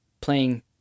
playing